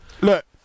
Look